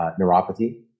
neuropathy